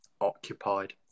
Occupied